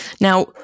Now